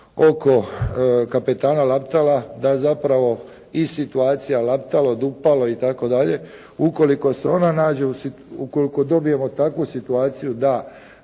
oko kapetana Laptala da zapravo i situacija Laptalo, Dupalo i tako dalje ukoliko se ona nađe u, ukoliko dobijemo takvu situaciju da